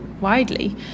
widely